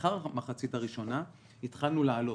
ולאחר המחצית הראשונה התחלנו לעלות.